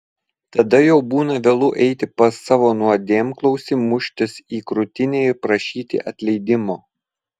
tada jau būna vėlu eiti pas savo nuodėmklausį muštis į krūtinę ir prašyti atleidimo